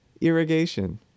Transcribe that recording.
irrigation